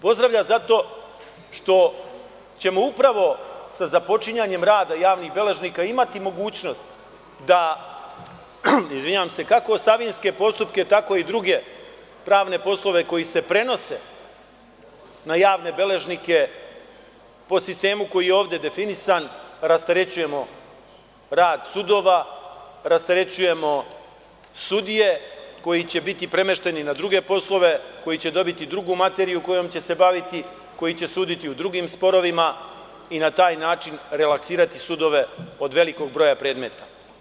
Pozdravlja zato što ćemo upravo sa započinjanjem rada javnih beležnika imati mogućnost da kako ostavinske postupke, tako i druge pravne poslove koji se prenose na javne beležnike po sistemu koji je ovde definisan rasterećujemo rad sudova, rasterećujemo sudije koji će biti premešteni na druge poslove, koji će dobiti drugu materiju kojom će se baviti, kojom će suditi u drugim sporovima i na taj način relaksirati sudove od velikog broja predmeta.